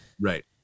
Right